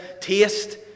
taste